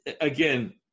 again